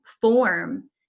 form